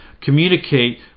Communicate